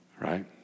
right